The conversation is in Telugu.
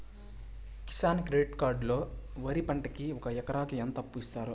కిసాన్ క్రెడిట్ కార్డు లో వరి పంటకి ఒక ఎకరాకి ఎంత అప్పు ఇస్తారు?